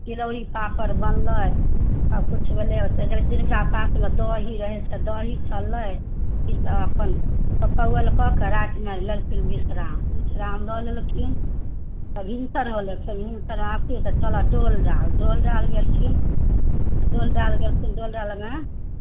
चिरौड़ी पापड़ बनलै सभकिछु भेलै ओतहि जिनका पासमे दही रहै से दही चललै सभ अपन चोकव्वल कऽ के रातिमे लेलखिन विश्राम विश्राम लऽ लेलखिन तऽ भिनसर भेलै फेर भिनसर कहलखिन चलह डोल डाल डोल डाल गेलखिन डोल डाल गेलखिन डोल डालमे